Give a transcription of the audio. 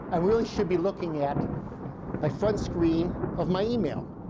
i really should be looking at my front screen of my email,